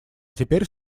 теперь